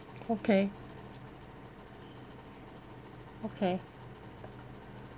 okay okay